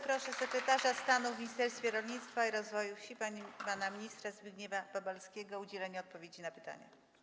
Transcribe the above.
Proszę sekretarza stanu w Ministerstwie Rolnictwa i Rozwoju Wsi pana ministra Zbigniewa Babalskiego o udzielenie odpowiedzi na pytania.